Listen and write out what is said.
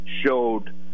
showed